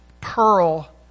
pearl